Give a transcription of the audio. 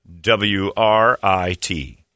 W-R-I-T